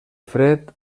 fred